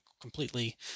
completely